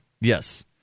Yes